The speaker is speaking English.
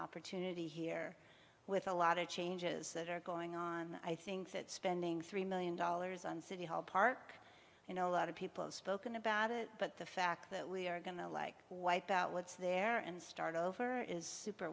opportunity here with a lot of changes that are going on i think that spending three million dollars on city hall park you know a lot of people have spoken about it but the fact that we are going to like wipe out what's there and start over is super